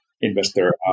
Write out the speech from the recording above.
investor